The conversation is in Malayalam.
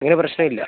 ഇങ്ങനെ പ്രശ്നം ഇല്ല